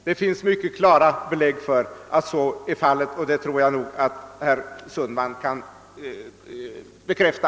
Det finns klara belägg för att så är fallet, och det tror jag att herr Sundman kan bekräfta.